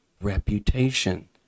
reputation